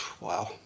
Wow